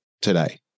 today